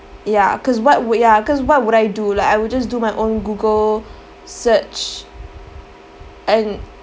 ya cause what would ya cause what would I do like I will just do my own Google search and